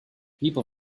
people